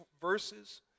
verses